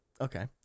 Okay